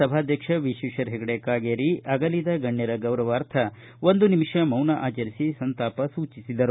ಸಭಾಧ್ಯಕ್ಷ ವಿಶ್ವೇಶ್ವರ ಹೆಗಡೆ ಕಾಗೇರಿ ಆಗಲಿದ ಗಣ್ಣರ ಗೌರವಾರ್ಥ ಒಂದು ನಿಮಿಷ ಮೌನ ಆಚರಿಸಿ ಸಂತಾಪ ಸೂಚಿಸಿದರು